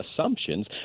assumptions